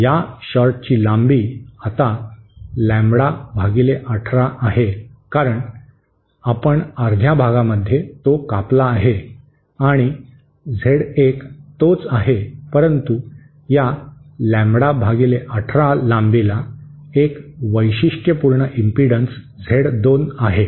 या शॉर्टची लांबी आता लॅम्बडा भागिले 18 आहे कारण आपण अर्ध्या भागामध्ये तो कापला आहे आणि झेड 1 तोच आहे परंतु या लॅम्बडा भागिले 18 लांबीला एक वैशिष्ट्यपूर्ण इम्पिडन्स झेड 2 आहे